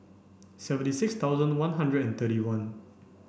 seventy six thousand one hundred and thirty one